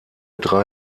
drei